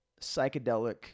psychedelic